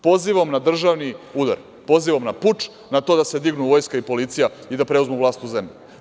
Pozivam na državni udar, pozivam na puč, na to da se dignu vojska i policija i da preuzmu vlast u zemlji.